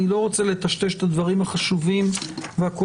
אני לא רוצה לטשטש את הדברים החשובים והכואבים